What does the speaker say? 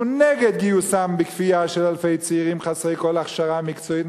שהוא נגד גיוסם בכפייה של אלפי צעירים חסרי כל הכשרה מקצועית,